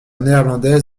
néerlandaise